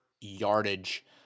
yardage